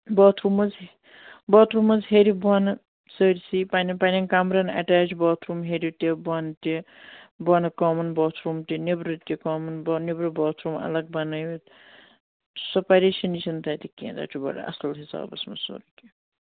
باتھ room منٛز bathroom منٛز ہیٚرِ بۄنہٕ سٲرۍسٕے پنٛنٮ۪ن پَننٮ۪ن کَمرَن اَٹیچ باتھ روٗم ہیٚرِ تہِ بۄن تہِ بۄنہٕ کامَن باتھ روٗم تہِ نیٚبرٕ تہِ کامَن نیٚبرٕ باتھ روٗم الگ بَنٲوِتھ سۄ پریشٲنی چھِنہٕ تَتہِ کینٛہہ تَتہِ چھُ بَڑٕ اَصٕل حِسابَس منٛز سورُے کینٛہہ